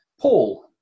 Paul